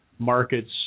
Markets